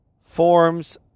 forms